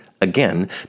again